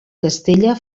castella